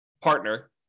partner